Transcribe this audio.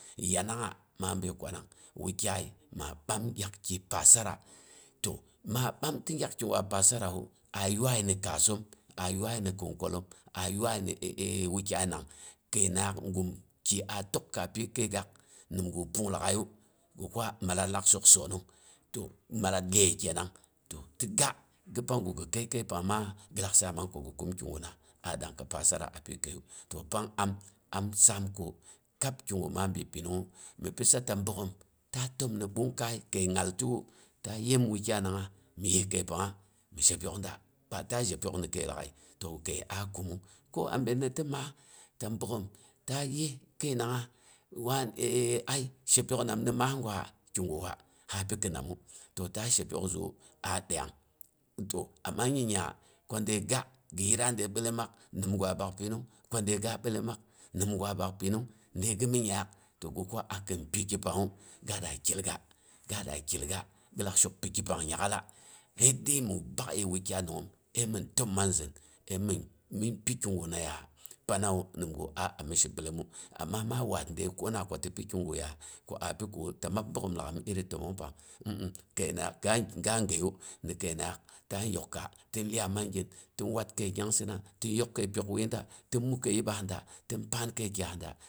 Yanangnga ma bəi kwanang wo kya ma bam gyaki pasara a to ma ɓamtɨ gyakki gwa pasarewu a yuai ni kaasoom, a yuai ni kin kwallom, a yuai ni ni wukyainang, kəinangngaak gumki a təkka pyi kəigaak nimgu pung lag'ai gi kwa mallat laak shok sonong, gi mallet iyey kənang. Ti ga, ga pangu gi kəi kai pang ma gi lak saamang ko gi kum kiguna a dangkawu. Pasara apyi kaiyu. To pang am, am saam ko kab kigu maa bin pinungngu mi pisa, ta boghom ta dəm ni ɓungkai kai ngal tiwu, ta yəm ni wukyai nangngas mi yis kəipangnga mi pyok'a da, ba ta zhe pyok mi kəi lag'ai. To kəi a kumung ko abin ni ti abin de ti maas, ta bogghom ta yis kəinangngas ga ai shepuokna ni maas gwa kiguwa ha pikɨnamu. Ya ta zhepyok zuwu a dəiyong, amma nyingnya ko ndd ga gi yitra de bilomaak ningwa bak pinung ko nde ga, bilomaak, nim gwa bak pinung nde gi mi nyaak. To gi kwa, a kin piki pangngu ga da gilga, ga lak shok piki pang nyak'ala, sai dəi mi bakyə wukyainangngoon əi mɨn təma manzin, əi min min pi kigunaya panawa, nimga a ami shi bilomu, amma maa waat nde kona ko ti pikigu ko a pikiwu ta mab bogghom lag'ai mi iri təmong pang mmm. Kəinangngaak ga gəiya ni kəinangngaak ta yokka tin iyaiya mangin, tin rab kai nyangsɨna, tin rab kəi pyok wuiya da, tɨn mu kəi yibbaha da.